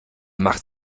macht